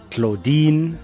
Claudine